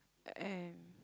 and